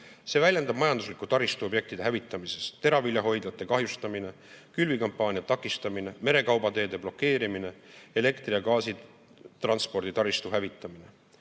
See väljendub majanduslike taristuobjektide hävitamises: teraviljahoidlate kahjustamine, külvikampaania takistamine, merekaubateede blokeerimine, elektri‑ ja gaasitransporditaristu hävitamine.